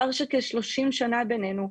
פער של כשלושים שנה בינינו,